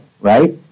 right